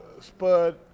Spud